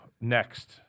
next